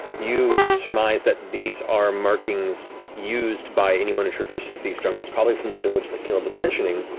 you surmise that these are markings used by anyone who traverses these jungles, probably from the village that caleb was mentioning,